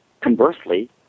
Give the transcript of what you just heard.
conversely